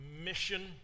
mission